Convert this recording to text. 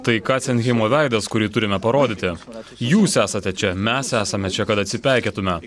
tai kasenhimo veidas kurį turime parodyti jūs esate čia mes esame čia kad atsipeikėtume